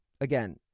again